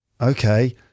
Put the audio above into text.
Okay